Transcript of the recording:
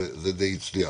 זה די הצליח.